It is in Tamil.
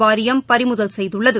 வாரியம் பறிமுதல் செய்துள்ளது